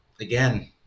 again –